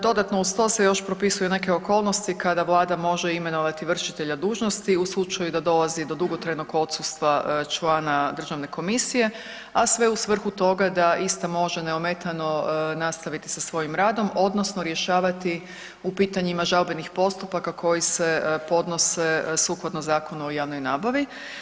Dodatno uz to se propisuje još neke okolnosti kada Vlada može imenovati vršitelja dužnosti u slučaju da dolazi do dugotrajnog odsustva člana državne komisije, a sve u svrhu toga da ista može neometano nastaviti sa svojim radom odnosno rješavati u pitanjima žalbenih postupaka koji se podnose sukladno Zakonu o javnoj nabavi.